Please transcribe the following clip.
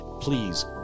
Please